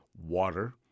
Water